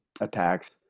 attacks